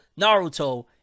Naruto